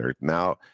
Now